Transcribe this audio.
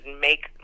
make